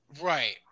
right